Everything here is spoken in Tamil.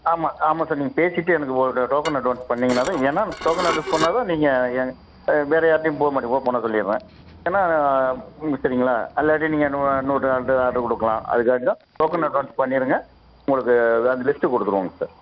ஆமாம் ஆமாம் சார் நீங்கள் பேசிட்டு எனக்கு ஓ டோக்கன் அட்வான்ஸ் பண்ணீங்கன்னா தான் ஏன்னால் டோக்கன் அட்வாஸ் பண்ணால் தான் நீங்கள் எ வேறு யார்கிட்டையும் போக மாட்டீங்க ஓப்பனாக சொல்லிட்றேன் ஏன்னால் சரிங்களா அல்லாட்டி நீங்கள் இன்னோ இன்னோரு ஆள்கிட்ட ஆர்டர் கொடுக்கலாம் அதுக்காண்டி தான் டோக்கன் அட்வான்ஸ் பண்ணிடுங்க உங்களுக்கு அந்த லிஸ்ட்டு கொடுத்துருவோங்க சார்